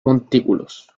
montículos